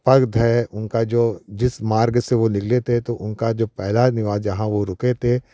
पाठ है उनका जो जिस मार्ग से वह निकले थे तो उनका जो पहला निवास जहाँ वह रुके थे